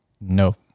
No